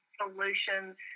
solutions